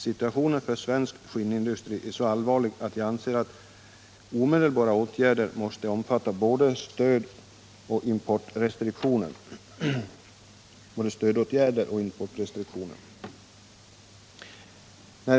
Situationen för svensk skinnindustri är så allvarlig att jag anser att omedelbara åtgärder måste omfatta både stödåtgärder och importrestriktioner.